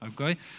Okay